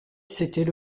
s’était